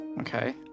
Okay